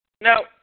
no